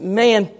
man